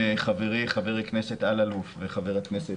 ביחד עם חברי חבר הכנסת אלאלוף וחבר הכנסת